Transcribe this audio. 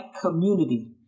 community